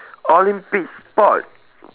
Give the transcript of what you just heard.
olympic sport